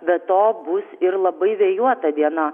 be to bus ir labai vėjuota diena